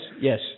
Yes